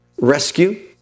rescue